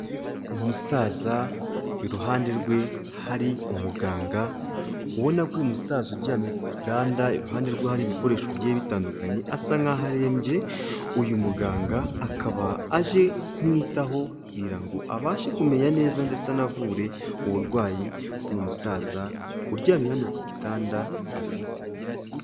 Umusaza iruhande rwe hari umuganga ubona ko uyu musaza uryamye ku gitanda iruhande rwe hari ibikoresho bigiye bitandukanye asa nkaho arembye, uyu muganga akaba aje kumwitaho kugira ngo abashe kumenya neza ndetse anavure uburwayi bw'uyu musaza uryamye hano ku gitanda afite.